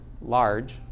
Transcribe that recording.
large